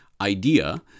idea